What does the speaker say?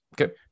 Okay